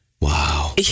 wow